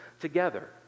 together